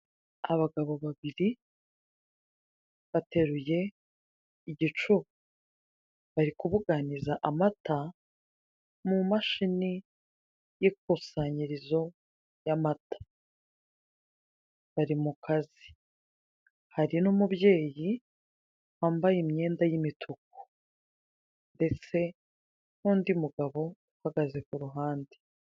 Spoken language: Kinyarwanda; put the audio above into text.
Abagabo babiri bateruye igicuba. Bari kubuganiza amata mu mashini y'ikusanyirizo y'amata. Bari mu kazi! hari n'umubyeyi wambaye imyenda y'imituku, ndetse n'undi mugabo uhagaze ku ruhande.